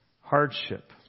hardship